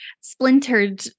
splintered